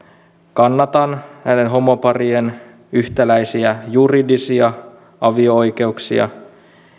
kannatan näiden homoparien yhtäläisiä juridisia avio oikeuksia